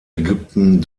ägypten